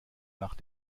nach